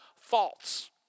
false